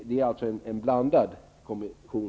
Det är således en blandad kommission.